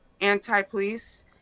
anti-police